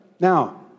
Now